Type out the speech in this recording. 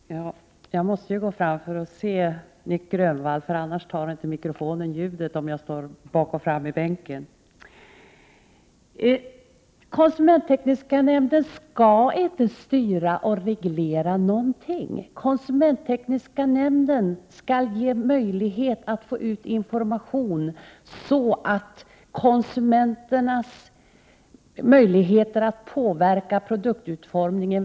Fru talman! Jag måste gå fram till talarstolen för att kunna se Nic Grönvall. Om jag står vänd bakåt i bänken tar inte mikrofonen upp ljudet. Konsumenttekniska nämnden skall inte styra och reglera någonting. Den skall ge möjlighet att föra ut information, så att det verkligen kommer till stånd förutsättningar för konsumenterna att påverka produktutformningen.